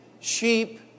sheep